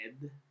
head